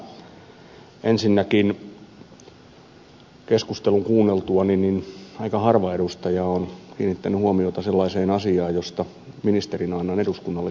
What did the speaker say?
ensinnäkin keskustelun kuunneltuani aika harva edustaja on kiinnittänyt huomiota sellaiseen asiaan josta ministerinä annan eduskunnalle kiitoksen